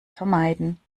vermeiden